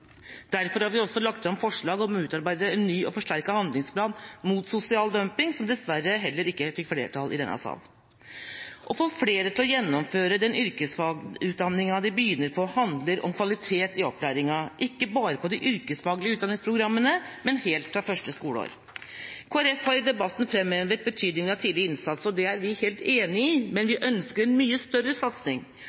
Derfor har vi også lagt fram forslag om å utarbeide en ny og forsterket handlingsplan mot sosial dumping, som dessverre heller ikke fikk flertall i denne sal. Å få flere til å gjennomføre den yrkesfagutdanninga de begynner på, handler om kvalitet i opplæringa, ikke bare på de yrkesfaglige utdanningsprogrammene, men helt fra første skoleår. Kristelig Folkeparti har i debatten framhevet betydningen av tidlig innsats, og det er vi helt enig i, men vi ønsker en mye større satsing.